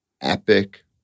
epic